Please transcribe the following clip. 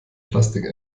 plastik